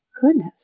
goodness